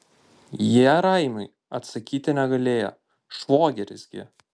jie raimiui atsakyti negalėjo švogeris gi